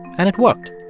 and it worked.